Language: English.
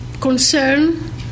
concern